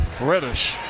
Reddish